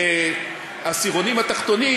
לעשירונים התחתונים,